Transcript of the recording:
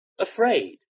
afraid